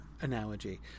analogy